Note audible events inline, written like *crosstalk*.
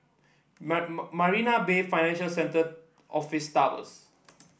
*unintelligible* Marina Bay Financial Centre Office Tower